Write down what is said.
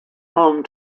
home